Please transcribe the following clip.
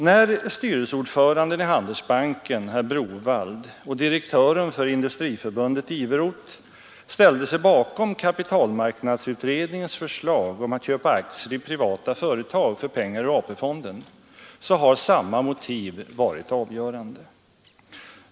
När styrelseordföranden i Handelsbanken, herr Browaldh, och direktören för Industriförbundet, herr Iveroth, ställt sig bakom kapitalmarknadsutredningens förslag om att köpa aktier i privata företag för pengar ur AP-fonden, har samma motiv varit avgörande.